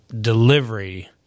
delivery